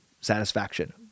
satisfaction